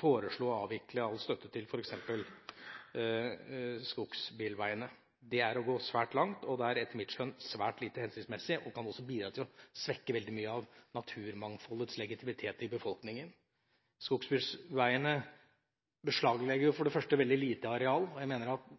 foreslå å avvikle all støtte til f.eks. skogsbilveiene. Det er å gå svært langt, og det er etter mitt skjønn svært lite hensiktsmessig og kan også bidra til å svekke veldig mye av naturmangfoldets legitimitet i befolkninga. Skogsbilveiene beslaglegger for det første veldig lite areal, og jeg mener at